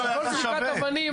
שעל כל זריקת אבנים,